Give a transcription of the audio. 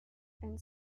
and